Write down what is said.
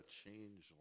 change